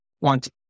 want